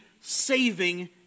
saving